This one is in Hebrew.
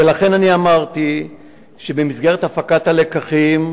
ולכן אמרתי שבמסגרת הפקת הלקחים,